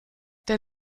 der